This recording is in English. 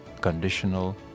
conditional